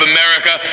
America